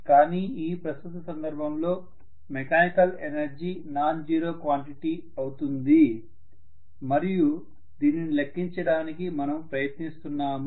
కానీ ఈ ప్రస్తుత సందర్భంలో mechanical energy non zero quantity అవుతుంది మరియు దీనిని లెక్కించడానికి మనము ప్రయత్నిస్తున్నాము